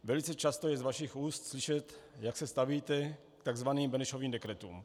Velice často je z vašich úst slyšet, jak se stavíte k takzvaným Benešovým dekretům.